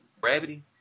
Gravity